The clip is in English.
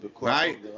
Right